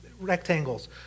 rectangles